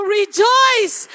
rejoice